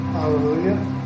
Hallelujah